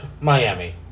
Miami